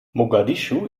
mogadischu